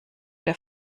der